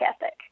ethic